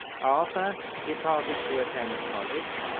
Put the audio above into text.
arthur departed to attend college,